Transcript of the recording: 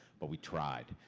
but we tried.